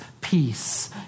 peace